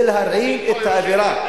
זה להרעיל את האווירה,